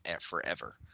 forever